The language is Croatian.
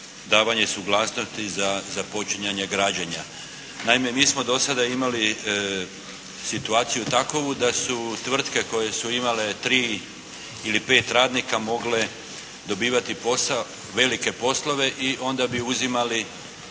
davanje suglasnosti za započinjanje građenja. Naime, mi smo do sada imali situaciju takovu da su tvrtke koje su imale tri ili pet radnika mogle dobivati posao, velike poslove i onda bi uzimali